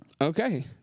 Okay